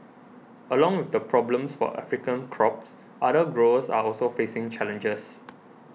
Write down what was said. along with the problems for African crops other growers are also facing challenges